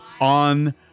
on